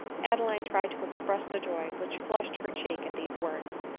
adeline tried to express the ioy which flushed her cheek at these words,